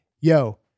yo